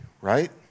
right